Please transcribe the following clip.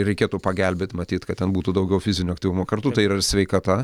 reikėtų pagelbėt matyt kad ten būtų daugiau fizinio aktyvumo kartu tai yra sveikata